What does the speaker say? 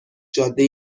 جاده